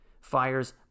Fires